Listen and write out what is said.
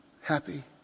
happy